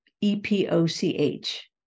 E-P-O-C-H